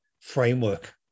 framework